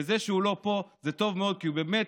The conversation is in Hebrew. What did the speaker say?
וזה שהוא לא פה זה טוב מאוד, כי הוא באמת